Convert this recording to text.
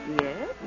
Yes